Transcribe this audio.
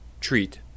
treat